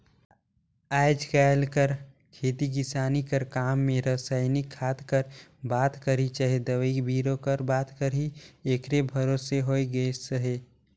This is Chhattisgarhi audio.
आएज काएल कर खेती किसानी कर काम में रसइनिक खाद कर बात करी चहे दवई बीरो कर बात करी एकरे भरोसे होए गइस अहे